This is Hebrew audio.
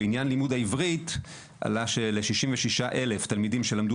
בעניין לימוד העברית עלה של-66,000 תלמידים שלמדו